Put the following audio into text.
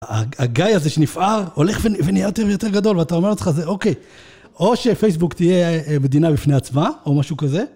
הגיא הזה שנפער הולך ונהיה יותר ויותר גדול, ואתה אומר לעצמך, אוקיי. או שפייסבוק תהיה מדינה בפני עצמה, או משהו כזה.